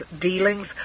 dealings